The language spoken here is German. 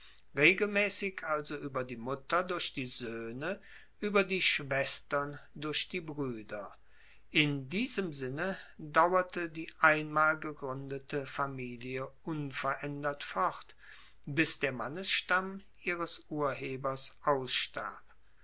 regelmaessig also ueber die muetter durch die soehne ueber die schwestern durch die brueder in diesem sinne dauerte die einmal gegruendete familie unveraendert fort bis der mannesstamm ihres urhebers ausstarb